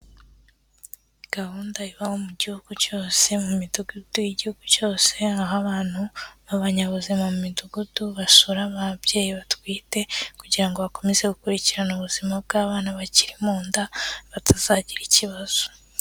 Gahunda iba mu gihugu cyose mu midugudu igihugu cyose, aho abantu b'abanyabuzima mu midugudu, basura ababyeyi batwite kugira ngo bakomeze gukurikirana ubuzima bw'abana bakiri mu nda, batazagira ikibazo.